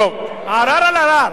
ערר על ערר.